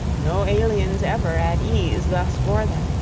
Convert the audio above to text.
no aliens ever at ease thus bore them,